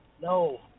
no